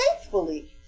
faithfully